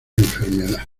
enfermedad